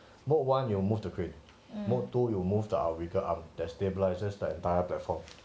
mode one you will move the crane mode two you will move the outrigger arm that destabilises the entire platform